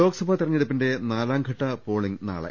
ലോക്സഭാ തെരഞ്ഞെടുപ്പിന്റെ നാലാംഘട്ട പോളിങ് നാളെ